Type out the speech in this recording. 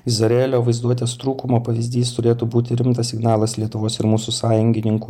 izraelio vaizduotės trūkumo pavyzdys turėtų būti rimtas signalas lietuvos ir mūsų sąjungininkų